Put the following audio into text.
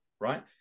right